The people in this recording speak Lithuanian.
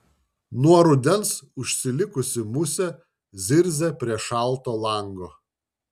nuo rudens užsilikusi musė zirzia prie šalto lango